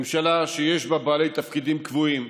ממשלה שיש בה בעלי תפקידים קבועים,